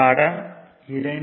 படம் 2